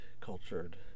cultured